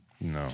no